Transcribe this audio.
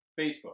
Facebook